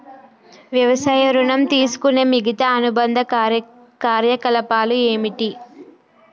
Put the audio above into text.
వ్యవసాయ ఋణం తీసుకునే మిగితా అనుబంధ కార్యకలాపాలు ఏమిటి?